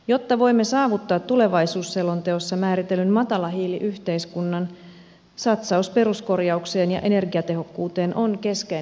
jotta voimme saavuttaa tulevaisuusselonteossa määritellyn matalahiiliyhteiskunnan satsaus peruskorjaukseen ja energiatehokkuuteen on keskeinen toimi